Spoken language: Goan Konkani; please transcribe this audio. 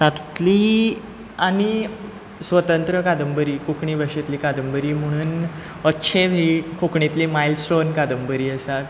तातुंतली आनी स्वतंत्र कांदबरी कोंकणी भाशेंतली कांदबरी म्हणून अच्छेव ही कोंकणीतली मायल्डस्टोन कांदबरी आसात